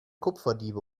kupferdiebe